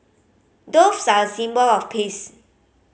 doves are a symbol of peace